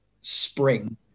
spring